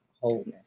wholeness